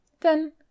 Then